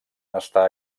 està